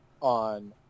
on